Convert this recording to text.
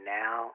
now